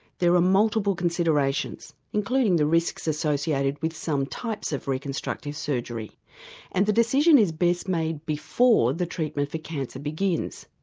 there are multiple considerations, considerations, including the risks associated with some types of reconstructive surgery and the decision is best made before the treatment for cancer begins.